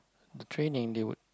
the training they would